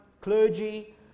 clergy